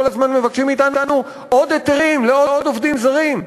הזמן מבקשים מאתנו עוד היתרים לעוד עובדים זרים.